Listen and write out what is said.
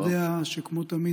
אתה יודע שכמו תמיד,